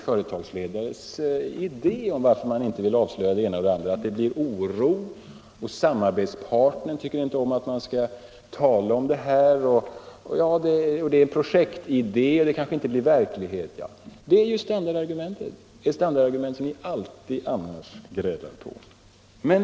Företagsledarens skäl för att inte avslöja det ena och det andra är väl alltid att det uppstår oro, att samarbetspartnern inte tycker om att man talar om saken, att det gäller projekt som kanske inte blir verklighet, osv. Detta är standardargumenten, standardargument som ni alltid annars grälar över.